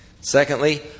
Secondly